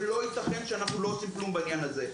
ולא ייתכן שאנחנו לא עושים כלום בנושא הזה.